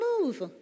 move